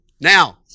Now